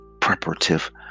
preparative